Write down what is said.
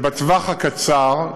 בטווח הקצר,